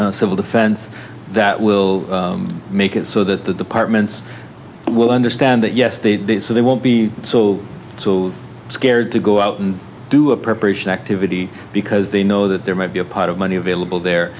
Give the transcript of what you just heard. management civil defense that will make it so that the departments will understand that yes they do so they won't be so scared to go out and do a preparation activity because they know that there might be a pot of money available there